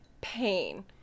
pain